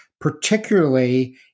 particularly